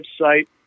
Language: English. website